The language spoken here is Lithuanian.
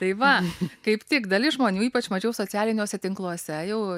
tai va kaip tik dalis žmonių ypač mačiau socialiniuose tinkluose jau